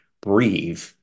breathe